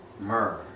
myrrh